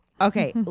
Okay